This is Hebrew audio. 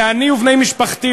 ואני ובני משפחתי,